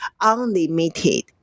unlimited